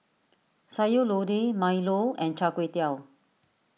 Sayur Lodeh Milo and Char Kway Teow